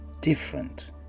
different